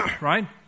right